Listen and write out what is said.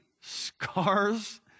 scars